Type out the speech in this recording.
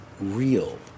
real